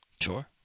Sure